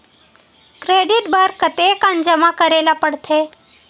Credit बर कतेकन जमा करे ल पड़थे?